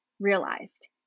realized